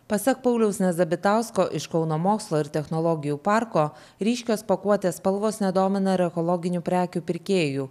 pasak pauliaus nezabitausko iš kauno mokslo ir technologijų parko ryškios pakuotės spalvos nedomina ir ekologinių prekių pirkėjų